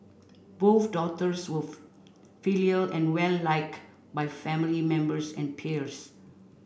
both daughters were filial and well liked by family members and peers